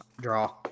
Draw